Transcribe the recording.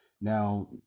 Now